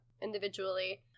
individually